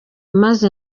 maze